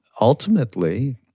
ultimately